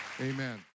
amen